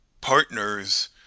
partners